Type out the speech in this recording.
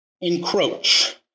Encroach